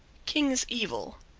king's evil,